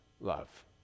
love